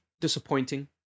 disappointing